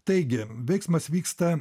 taigi veiksmas vyksta